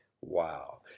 Wow